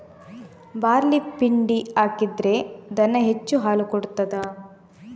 Barley ಪಿಂಡಿ ಹಾಕಿದ್ರೆ ದನ ಹೆಚ್ಚು ಹಾಲು ಕೊಡ್ತಾದ?